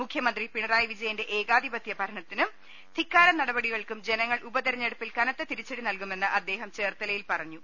മുഖ്യമന്ത്രി പിണറായി വിജയന്റെ ഏകാധിപത്യ ധിക്കാരനടപടികൾക്കും ഭരണത്തിനും ജനങ്ങൾ ഉപതിരഞ്ഞെടുപ്പിൽ കനത്ത തിരിച്ചടി നൽകുമെന്ന് അദ്ദേഹം ചേർത്തലയിൽ പറഞ്ഞു